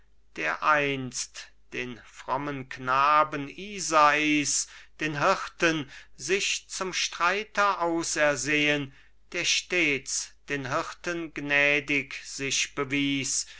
der einst den frommen knaben isais den hirten sich zum streiter ausersehen der stets den hirten gnädig sich bewies